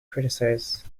criticize